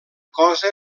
cosa